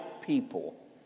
people